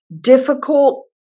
difficult